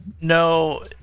no